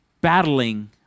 battling